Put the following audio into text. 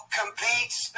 competes